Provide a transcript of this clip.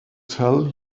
tell